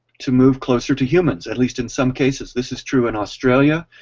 to move closer to humans at least in some cases, this is true in australia,